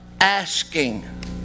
asking